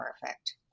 perfect